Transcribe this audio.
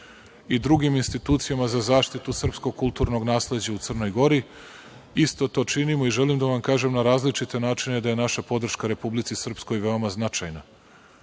i drugim institucijama za zaštitu srpskog kulturnog nasleđa u Crnoj Gori. Isto to činimo i želim da vam kažem, na različite načine, da je naša podrška Republici Srpskoj veoma značajna.